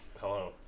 Hello